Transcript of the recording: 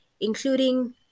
including